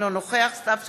אינו נוכח סתיו שפיר,